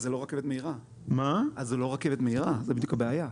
אז זו לא רכבת מהירה; זו בדיוק הבעיה.